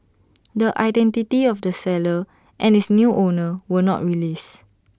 the identity of the seller and its new owner were not released